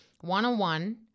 one-on-one